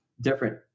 different